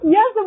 Yes